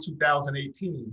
2018